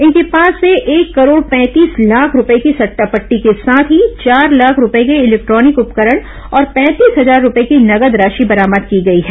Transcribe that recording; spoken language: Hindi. इनके पास से एक करोड़ पैंतीस लाख रूपए की सट्टा पट्टी के साथ ही चार लाख रूपए के इलेक्ट्रॉनिक उपकरण और पैंतीस हजार रूपए की नगद राशि बरामद की गई है